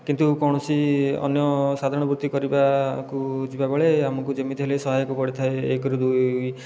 କିନ୍ତୁ କୌଣସି ଅନ୍ୟ ସାଧାରଣ ବୃତ୍ତି କରିବାକୁ ଯିବାବେଳେ ଆମକୁ ଯେମିତି ହେଲେ ସହାୟକ ପଡ଼ିଥାଏ ଏକରୁ ଦୁଇ